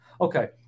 Okay